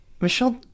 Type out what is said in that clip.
Michelle